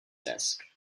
desk